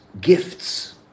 gifts